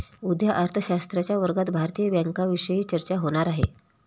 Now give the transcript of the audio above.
उद्या अर्थशास्त्राच्या वर्गात भारतीय बँकांविषयी चर्चा होणार आहे